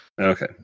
Okay